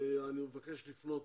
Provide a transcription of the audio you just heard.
אני מבקש לפנות